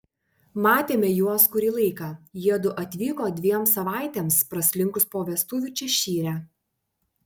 matėme juos kurį laiką jiedu atvyko dviem savaitėms praslinkus po vestuvių češyre